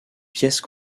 pièces